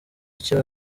icyo